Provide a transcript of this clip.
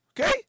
okay